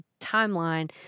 timeline